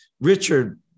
Richard